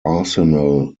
arsenal